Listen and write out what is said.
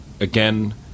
again